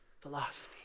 philosophy